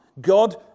God